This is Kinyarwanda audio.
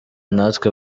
natwe